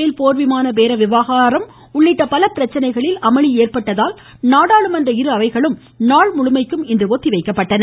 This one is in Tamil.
பேல் போர்விமான பேர விவகாரம் உள்ளிட்ட பல பிரச்சினைகளில் அமளி ஏற்பட்டதால் நாடாளுமன்ற இரு அவைகளும் நாள் முழுமைக்கும் இன்று ஒத்திவைக்கப்பட்டன